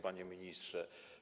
Panie Ministrze!